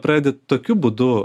pradedi tokiu būdu